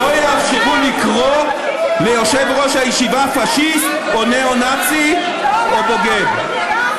לא יאפשרו לקרוא ליושב-ראש הישיבה "פאשיסט" או "ניאו-נאצי" או "בוגד".